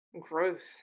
growth